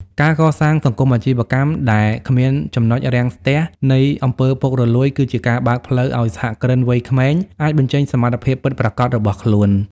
ការកសាងសង្គមអាជីវកម្មដែលគ្មាន ចំណុចរាំងស្ទះ នៃអំពើពុករលួយ គឺជាការបើកផ្លូវឱ្យសហគ្រិនវ័យក្មេងអាចបញ្ចេញសមត្ថភាពពិតប្រាកដរបស់ខ្លួន។